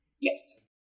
Yes